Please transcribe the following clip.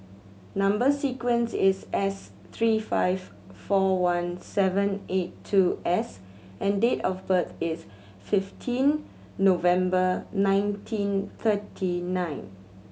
number sequence is S three five four one seven eight two S and date of birth is fifteen November nineteen thirty nine